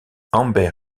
amber